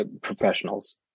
professionals